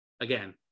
Again